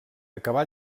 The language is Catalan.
acabà